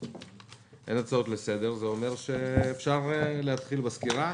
זה אומר שאפשר להתחיל בסקירה.